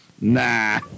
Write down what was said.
nah